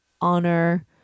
honor